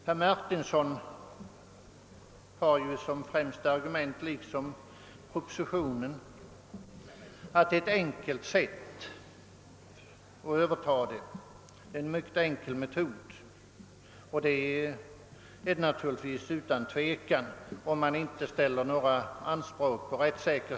Herr Martinsson har som främsta argument liksom propositionen framfört att det är en enkel metod med övertagandet. Metoden är utan tvekan enkel, om man inte ställer några anspråk på rättssäkerhet.